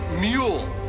mule